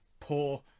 Poor